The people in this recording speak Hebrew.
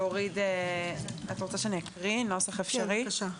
אני אקריא נוסח אפשרי: